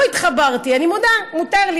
לא התחברתי, אני מודה, מותר לי.